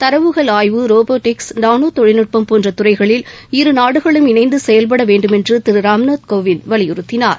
தரவுகள் ஆய்வு robotics nano தொழில்நுட்பம் போன்ற துறைகளில் இரு நாடுகளும் இணைந்து செயல்பட வேண்டுமென்று திரு ராம்நாத் கோவிந்த் வலியுறுத்தினார்